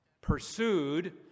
pursued